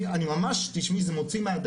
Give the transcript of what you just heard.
אני ממש, תשמעי, זה מוציא מהדעת.